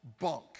bunk